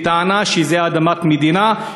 בטענה שאלה אדמות מדינה,